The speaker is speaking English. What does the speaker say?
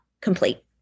complete